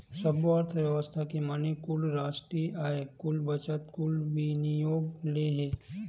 सब्बो अर्थबेवस्था के माने कुल रास्टीय आय, कुल बचत, कुल विनियोग ले हे